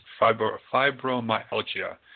fibromyalgia